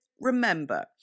remember